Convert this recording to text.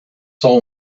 soul